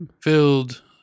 Filled